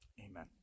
Amen